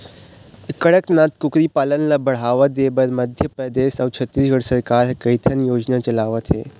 कड़कनाथ कुकरी पालन ल बढ़ावा देबर मध्य परदेस अउ छत्तीसगढ़ सरकार ह कइठन योजना चलावत हे